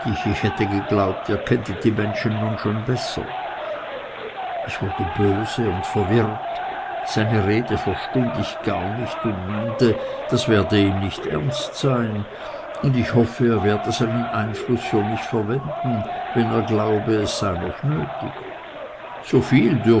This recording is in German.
ich hätte geglaubt ihr kenntet die menschen nun besser ich wurde böse und verwirrt seine rede verstund ich nicht und meinte das werde ihm nicht ernst sein und ich hoffe er werde seinen einfluß für mich verwenden wenn er glaube es sei noch nötig